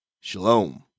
Shalom